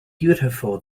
beautiful